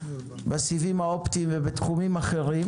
בסיבים האופטיים ובתחומים אחרים,